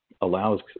allows